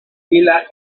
pila